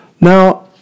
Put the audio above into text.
Now